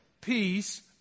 peace